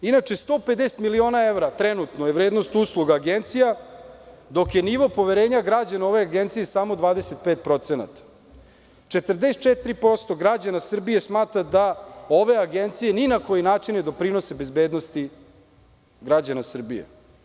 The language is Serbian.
Inače, 150 miliona evra trenutno je vrednost usluga agencija, dok je nivo poverenja građana u ove agencije samo 25%, 44% građana Srbije smatra da ove agencije ni na koji način ne doprinose bezbednosti građana Srbije.